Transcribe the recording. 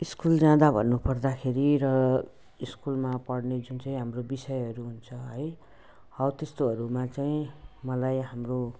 school जाँदा भन्नुपर्दाखेरि र स्कुलमा पढ्ने जुन चाहिँ हाम्रो विषयहरू हुन्छ है हौ त्यस्तोहरूमा चाहिँ मलाई हाम्रो